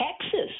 Texas